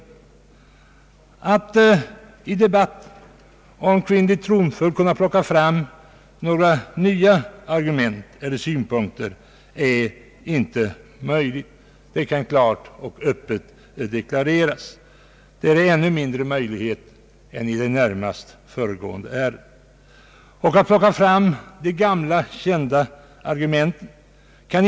Det är inte möjligt att i debatten om kvinnlig tronföljd plocka fram nya argument eller synpunkter; det kan klart och öppet deklareras. Det finns ännu mindre möjligheter därtill i detta än beträffande det närmast föregående ärendet. Det kan inte vara någon mening med att plocka fram de gamla kända argumenten.